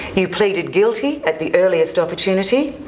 you pleaded guilty at the earliest opportunity,